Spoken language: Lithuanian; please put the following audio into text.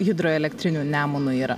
hidroelektrinių nemuno yra